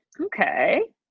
Okay